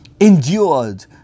endured